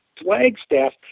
Flagstaff